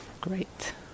Great